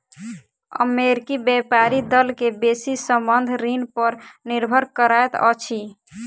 अमेरिकी व्यापारी दल के बेसी संबंद्ध ऋण पर निर्भर करैत अछि